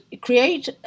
create